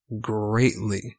greatly